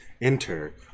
enter